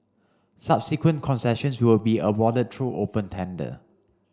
subsequent concessions will be awarded through open tender